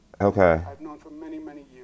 Okay